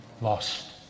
lost